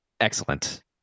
Excellent